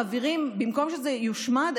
במקום שזה יושמד,